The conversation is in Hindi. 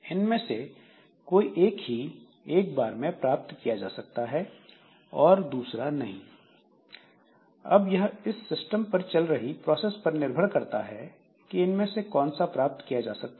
इनमें से कोई एक ही एक बार में प्राप्त किया जा सकता है और दूसरा नहीं अब यह सिस्टम पर चल रही प्रोसेस पर निर्भर करता है कि इनमें से कौन सा प्राप्त किया जा सकता है